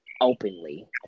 openly